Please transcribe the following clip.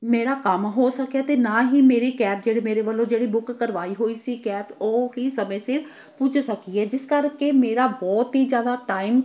ਮੇਰਾ ਕੰਮ ਹੋ ਸਕਿਆ ਅਤੇ ਨਾ ਹੀ ਮੇਰੀ ਕੈਬ ਜਿਹੜੇ ਮੇਰੇ ਵੱਲੋਂ ਜਿਹੜੀ ਬੁੱਕ ਕਰਵਾਈ ਹੋਈ ਸੀ ਕੈਬ ਉਹ ਹੀ ਸਮੇਂ ਸਿਰ ਪੁੱਜ ਸਕੀ ਜਿਸ ਕਰਕੇ ਮੇਰਾ ਬਹੁਤ ਹੀ ਜ਼ਿਆਦਾ ਟਾਈਮ